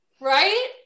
right